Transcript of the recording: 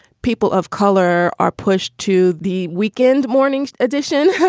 people of color are pushed to the weekend morning edition,